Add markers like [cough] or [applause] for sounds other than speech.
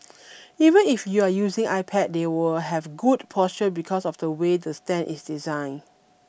[noise] even if you're using iPad they will have good posture because of the way the stand is designed